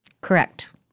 Correct